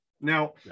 Now